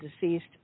deceased